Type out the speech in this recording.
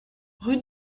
rue